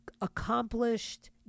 accomplished